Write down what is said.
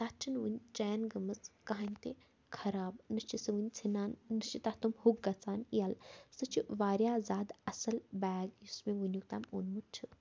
تَتھ چِھنہٕ وٕنہِ چین گٔمٕژ کانٛہہ تہِ خَراب نہ چھِ سُہ وٕنہِ ژھٮ۪نان نہ چھِ تَتھ تِم ہُک گَژھان ییٚلہٕ سُہ چھِ واریاہ زیاد اَصٕل بیگ یُس مےٚ وٕنیُک تام اوٚنمُت چھِ